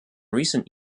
recent